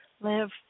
live